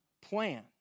plan